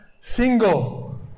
Single